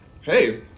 hey